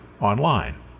online